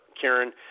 Karen